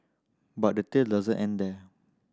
but the tail doesn't end there